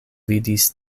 vidis